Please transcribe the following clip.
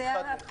חד וחלק.